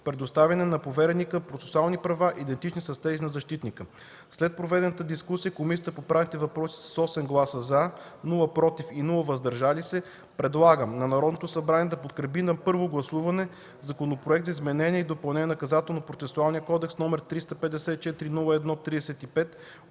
предоставяне на повереника процесуални права, идентични с тези на защитника. След проведената дискусия Комисията по правни въпроси с 8 гласа „за”, без „против” и „въздържали се” предлага на Народното събрание да подкрепи на първо гласуване Законопроект за изменение и допълнение на Наказателно-процесуалния кодекс,